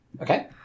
Okay